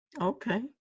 Okay